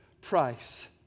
price